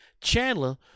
Chandler